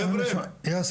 חבר'ה,